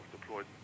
deployed